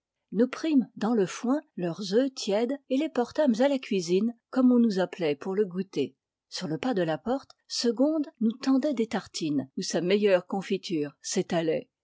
nous prîmes dans le foin leurs œufs tièdes et les portâmes à la cuisine comme on nous appelait pour le goûter sur le pas de la porte segonde nous tendait des tartines où sa meilleure confiture s'étalait